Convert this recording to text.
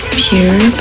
pure